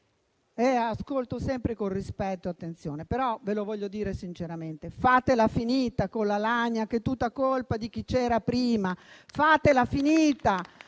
Vi ascolto sempre con rispetto e attenzione, però ve lo voglio dire sinceramente: fatela finita con la lagna che è tutta colpa di chi c'era prima.